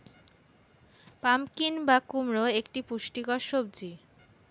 pumpkin বা কুমড়ো একটি পুষ্টিকর সবজি